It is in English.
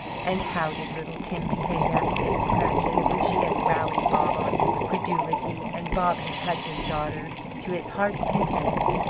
and how did little tim behave? asked mrs. cratchit, when she had rallied bob on his credulity, and bob had hugged his daughter to his heart's content.